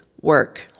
work